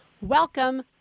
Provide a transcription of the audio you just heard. Welcome